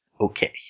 Okay